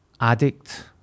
addict